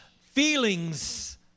feelings